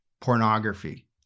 pornography